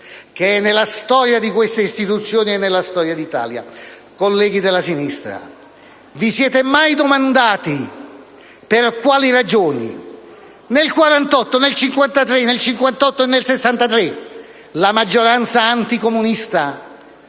che è nella storia di queste istituzioni e nella storia d'Italia. Colleghi della sinistra, vi siete mai domandati per quali ragioni nel '48, nel '53, nel '58 e nel '63 la maggioranza anticomunista